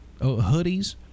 hoodies